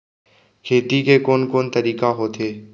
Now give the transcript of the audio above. खेती के कोन कोन तरीका होथे?